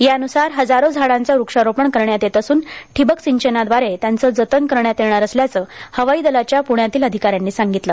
यानुसार हजारों झाडांचं व्रक्षारोपण करण्यात येत असुन ठिबक सिंचनाद्वारे त्यांचं जतन करण्यात येणार असल्याचं हवाई दलाच्या पुण्यातील अधिकाऱ्यांनी सांगितलं